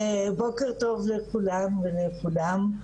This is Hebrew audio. בוקר טוב לכולם וכולן,